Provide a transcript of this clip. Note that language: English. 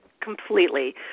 completely